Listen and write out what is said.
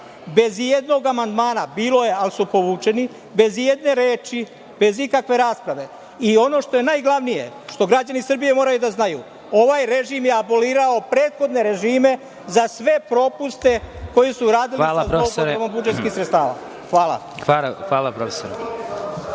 bez ijednog amandmana, bilo ih je, ali su povučeni, bez ijedne reči, bez ikakve rasprave i ono što je najglavnije, što građani Srbije moraju da znaju, ovaj režim je abolirao prethodne režime za sve propuste koji su radili sa zloupotrebom budžetskih sredstava. Hvala. **Vladimir